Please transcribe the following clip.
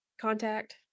contact